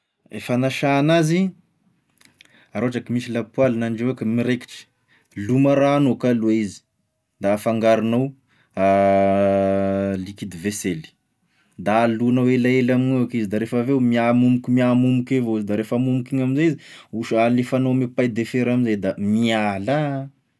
E fanasa an'azy, raha ohatra ka misy lapoaly nandrahoako miraikitry, loma rano eky aloha izy, da afangaronao liquide vaisselle, da alonao elaela amignao eky izy da rehefa avy eo mihamomoky mihamomoky avao izy da refa momoky iny am'zay, hosa- alefanao ame paille de fer am'zay da miala a.